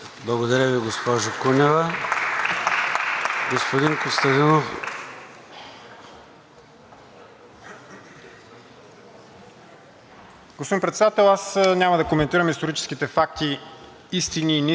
Господин Председател, няма да коментирам историческите факти – истини, неистини и полуистини, които бяха коментирани вътре в тази декларация. Искам да задам следните два въпроса: Първо,